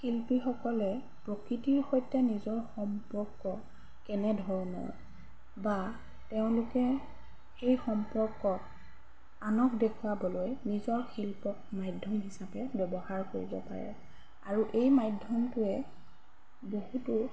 শিল্পীসকলে প্ৰকৃতিৰ সৈতে নিজৰ সম্পৰ্ক কেনেধৰণৰ বা তেওঁলোকে সেই সম্পৰ্কক আনক দেখুৱাবলৈ নিজৰ শিল্প মাধ্যম হিচাপে ব্যৱহাৰ কৰিব পাৰে আৰু এই মাধ্যমটোৱে বহুতো